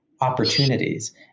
opportunities